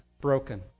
broken